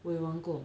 我有玩过